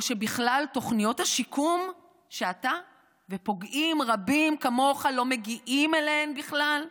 או שבכלל תוכניות השיקום שאתה ופוגעים רבים כמוך לא מגיעים אליהן בכלל?